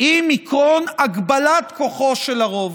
עם עקרון הגבלות כוחו של הרוב